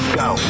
go